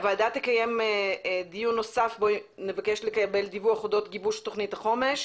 הוועדה תקיים דיון נוסף שבו נבקש לקבל דיווח אודות גיבוש תוכנית החומש.